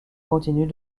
continue